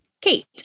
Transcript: Kate